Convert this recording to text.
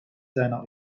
seiner